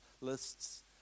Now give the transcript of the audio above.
lists